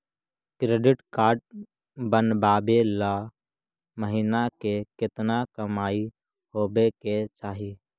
Credit card बनबाबे ल महीना के केतना कमाइ होबे के चाही?